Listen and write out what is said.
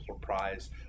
prize